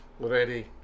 Ready